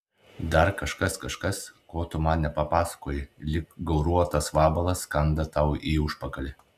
dar kažkas kažkas ko tu man nepapasakojai lyg gauruotas vabalas kanda tau į užpakalį